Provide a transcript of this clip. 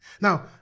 Now